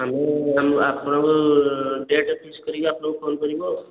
ଆମେ ଆମ୍ ଆପଣଙ୍କୁ ଡେଟ୍ ଫିକ୍ସ୍ କରିକି ଆପଣଙ୍କୁ ଫୋନ୍ କରିବୁ ଆଉ